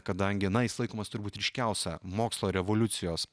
kadangi na jis laikomas turbūt ryškiausia mokslo revoliucijos